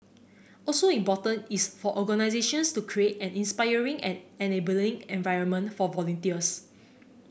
also important is for organisations to create an inspiring and enabling environment for volunteers